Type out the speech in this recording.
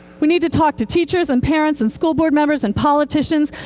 we need to talk to teachers and parents and school board members and politicians.